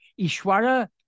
Ishwara